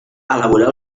elaborar